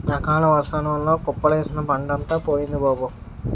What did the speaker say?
అకాలవర్సాల వల్ల కుప్పలేసిన పంటంతా పోయింది బాబూ